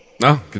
no